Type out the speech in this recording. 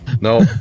No